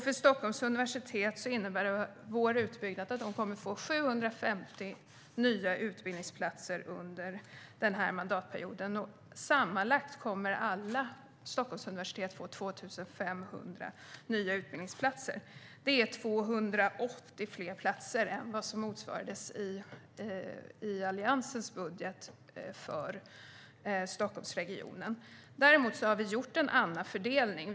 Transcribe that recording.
För Stockholms universitet innebär vår utbyggnad att de kommer att få 750 nya utbildningsplatser under denna mandatperiod. Sammanlagt kommer alla Stockholms universitet att få 2 500 nya utbildningsplatser. Det är 280 fler än vad som motsvaras i Alliansens budget för Stockholmsregionen. Vi har däremot gjort en annan fördelning.